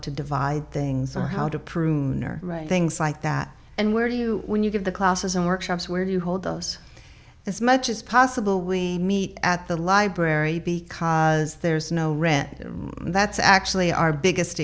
to divide things on how to prune or things like that and where do you when you get the classes and workshops where you hold those as much as possible we meet at the library because there's no rent that's actually our biggest